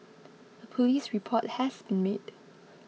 a police report has been made